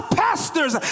pastors